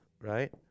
right